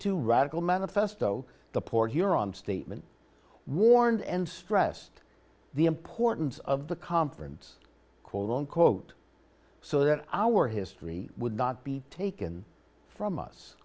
two radical manifesto the port huron statement warned and stressed the importance of the conference call unquote so that our history would not be taken from us